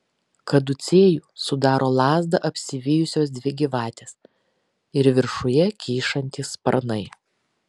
kaducėjų sudaro lazdą apsivijusios dvi gyvatės ir viršuje kyšantys sparnai